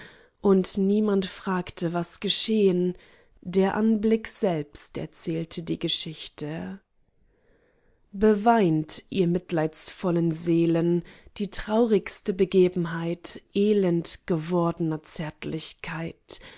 und niemand fragte was geschehn der anblick selbst erzählte die geschichte beweint ihr mitleidsvollen seelen die traurigste begebenheit elend gewordner zärtlichkeit